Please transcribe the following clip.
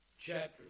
chapter